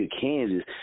Kansas